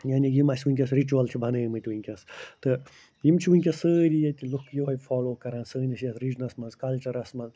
یعنی یِم اَسہِ وٕنۍکٮ۪س رِچوَل چھِ بنٲیمٕتۍ وٕنۍکٮ۪س تہٕ یِم چھِ وٕنۍکٮ۪س سٲری ییٚتہِ لُکھ یُہوٚے فالَو کران سٲنِس یَتھ رِجنَس منٛز کَلچَرَس منٛز